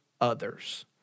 others